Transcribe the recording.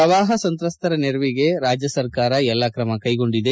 ಪ್ರವಾಪ ಸಂತ್ರಸ್ತರ ನೆರವಿಗೆ ರಾಜ್ಯ ಸರ್ಕಾರ ಎಲ್ಲ ಕ್ರಮ ಕೈಗೊಂಡಿದೆ